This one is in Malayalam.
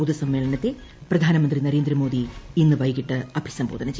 പൊതുസമ്മേളനത്തെ പ്രധാനമന്ത്രി നരേന്ദ്രമോദി ഇന്ന് വൈകിട്ട് അഭിസംബോധന ചെയ്യും